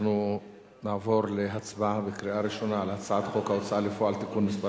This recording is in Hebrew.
אנחנו נעבור להצבעה בקריאה ראשונה על הצעת חוק ההוצאה לפועל (תיקון מס'